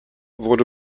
wurde